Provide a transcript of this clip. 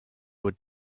would